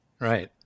right